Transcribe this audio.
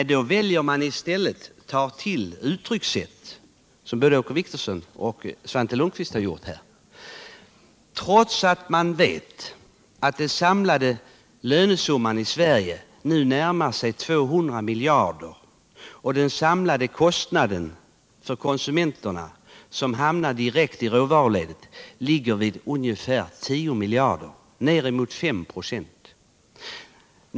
Nej, då väljer man i stället att ta till sådana uttryckssätt, som både Åke Wictorsson och Svante Lundkvist har använt här, trots att man vet att den samlade lönesumman i Sverige nu närmar sig 200 miljarder och den samlade kostnaden för konsumenterna som hamnar direkt i råvaruledet ligger vid ungefär 10 miljarder — ner emot 5 96.